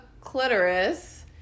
clitoris